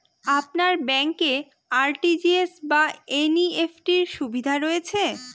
আপনার ব্যাংকে আর.টি.জি.এস বা এন.ই.এফ.টি র সুবিধা রয়েছে?